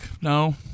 No